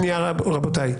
רבותיי,